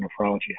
nephrology